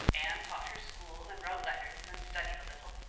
anne taught her school and wrote letters and studied a little.